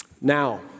Now